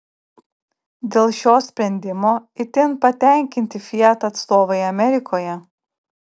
dėl šio sprendimo itin patenkinti fiat atstovai amerikoje